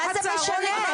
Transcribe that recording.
מה, צהרון נגמר ב-16:00.